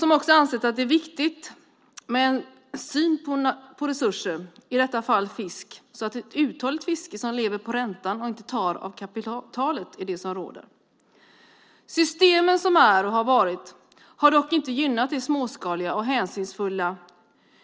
Vi har också ansett att det är viktigt med en syn på resurser, i detta fall fisk, så att ett uthålligt fiske som lever på räntan och inte tar av kapitalet är det som råder. Systemen som finns och har funnits har dock inte gynnat det småskaliga och hänsynsfulla